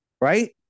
right